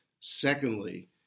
Secondly